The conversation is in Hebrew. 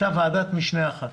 הייתה רק ועדת משנה אחת